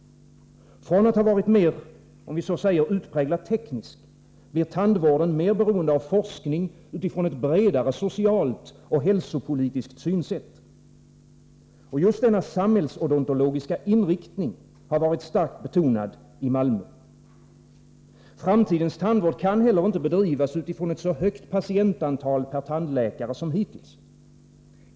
Från att ha varit mer utpräglat teknisk blir tandvården mer beroende av forskning utifrån ett bredare socialt och hälsopolitiskt synsätt. Just denna samhällsodontologiska inriktning har varit starkt betonad i Malmö. Framtidens tandvård kan inte heller bedrivas utifrån ett så högt patientantal per tandläkare som hittills.